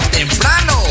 temprano